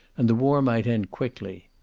and the war might end quickly.